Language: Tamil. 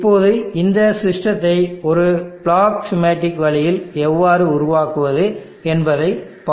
இப்போது இந்த சிஸ்டத்தை ஒரு பிளாக் ஸ்கீமாட்டிக் வழியில் எவ்வாறு உருவாக்குவது என்பதை பார்ப்போம்